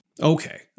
Okay